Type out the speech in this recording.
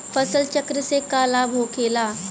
फसल चक्र से का लाभ होखेला?